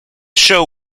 show